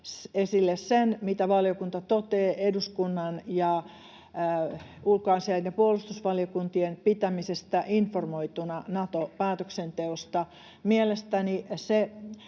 esille sen, mitä valiokunta toteaa eduskunnan ja ulkoasiain- ja puolustusvaliokuntien pitämisestä informoituna Nato-päätöksenteosta. Mielestäni se